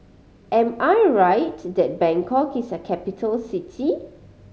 am I right that Bangkok is a capital city